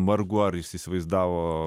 vargu ar jis įsivaizdavo